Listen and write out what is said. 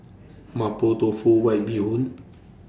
Mapo Tofu White Bee Hoon